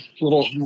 little